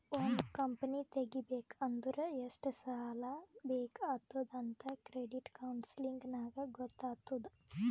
ಒಂದ್ ಕಂಪನಿ ತೆಗಿಬೇಕ್ ಅಂದುರ್ ಎಷ್ಟ್ ಸಾಲಾ ಬೇಕ್ ಆತ್ತುದ್ ಅಂತ್ ಕ್ರೆಡಿಟ್ ಕೌನ್ಸಲಿಂಗ್ ನಾಗ್ ಗೊತ್ತ್ ಆತ್ತುದ್